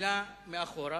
שלה מאחורה?